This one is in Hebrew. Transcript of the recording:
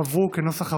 עבאס מנסור,